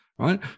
right